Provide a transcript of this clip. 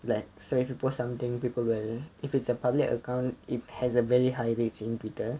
like so if you put something people will if it's a public account it has a very high reach in twitter